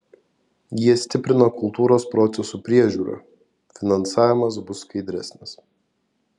jie stiprina kultūros procesų priežiūrą finansavimas bus skaidresnis